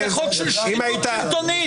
זה חוק של שחיתות שלטונית, פר אקלנס.